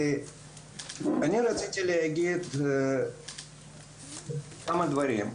אני רציתי להגיד כמה דברים.